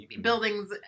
buildings